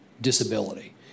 disability